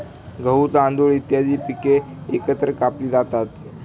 गहू, तांदूळ इत्यादी पिके एकत्र कापली जातात